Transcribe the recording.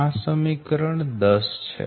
આ સમીકરણ 10 છે